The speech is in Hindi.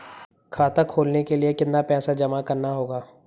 खाता खोलने के लिये कितना पैसा जमा करना होगा?